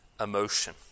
emotion